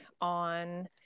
on